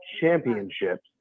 championships